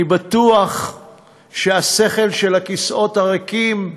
אני בטוח שהשכל של הכיסאות הריקים,